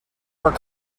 were